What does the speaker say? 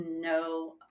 no